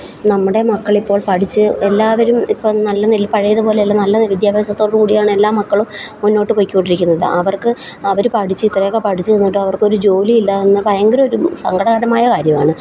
നമ്മുടെ മക്കൾ ഇപ്പോൾ പഠിച്ച് എല്ലാവരും ഇപ്പം നല്ല നിലയിൽ പഴയത് പോലെ അല്ല നല്ല വിദ്യാഭ്യാസത്തോടു കൂടിയാണ് എല്ലാ മക്കളും മുന്നോട്ട് പോയിക്കൊണ്ടിരിക്കുന്നത് അവർക്ക് അവർ പഠിച്ച് ഇത്രയൊക്കെ പഠിച്ചിരുന്നിട്ടും അവർക്കൊരു ജോലി ഇല്ല എന്ന ഭയങ്കര ഒരു സങ്കടകരമായ കാര്യമാണ്